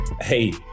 hey